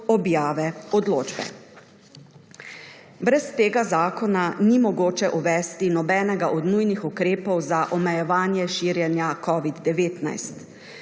objave odločbe. Brez tega zakona ni mogoče uvesti nobenega od nujnih ukrepov za omejevanje širjenja covida-19.